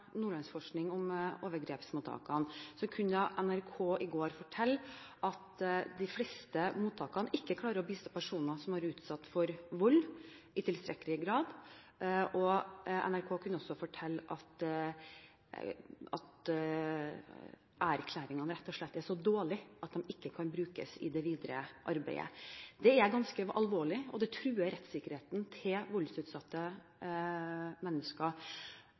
Nordlandsforskning om overgrepsmottakene, kunne NRK i går fortelle at de fleste mottakene ikke i tilstrekkelig grad klarer å bistå personer som har vært utsatt for vold. NRK kunne også fortelle at erklæringene rett og slett er så dårlige at de ikke kan brukes i det videre arbeidet. Det er ganske alvorlig, og det truer rettssikkerheten til voldsutsatte mennesker.